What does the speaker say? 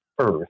Earth